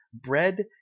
bread